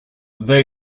they